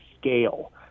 scale